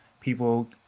people